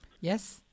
Yes